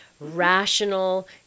rational